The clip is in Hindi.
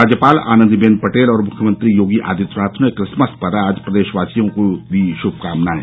राज्यपाल आनन्दीबेन पटेल और मुख्यमंत्री योगी आदित्यनाथ ने क्रिसमस पर आज प्रदेशवासियों को दी श्भकामनाएं